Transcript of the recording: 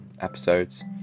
episodes